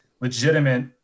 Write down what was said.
legitimate